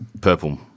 purple